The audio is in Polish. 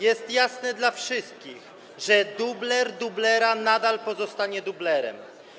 Jest jasne dla wszystkich, że dubler dublera nadal pozostanie dublerem.